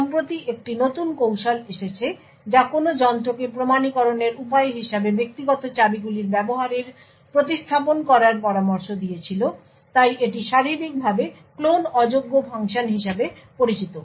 সম্প্রতি একটি নতুন কৌশল এসেছে যা কোনো যন্ত্রকে প্রমাণীকরণের উপায় হিসাবে ব্যক্তিগত চাবিগুলির ব্যবহারের প্রতিস্থাপন করার পরামর্শ দিয়েছিল তাই এটি শারীরিকভাবে ক্লোন অযোগ্য ফাংশন হিসাবে পরিচিত